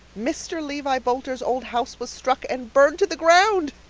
mr. levi boulter's old house was struck and burned to the ground.